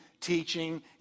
teaching